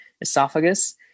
esophagus